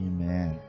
Amen